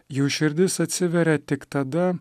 jų širdis atsiveria tik tada